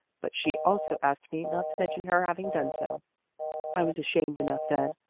but she also asked me not to mention her having done so i was ashamed enough then,